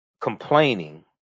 complaining